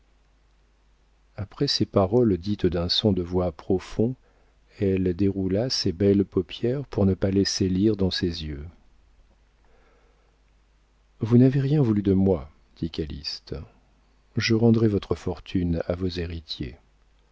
après ces paroles dites d'un son de voix profond elle déroula ses belles paupières pour ne pas laisser lire dans ses yeux vous n'avez rien voulu de moi dit calyste je rendrais votre fortune à vos héritiers